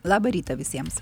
labą rytą visiems